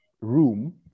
room